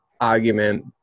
argument